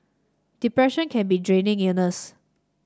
depression can be a draining illness